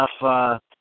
enough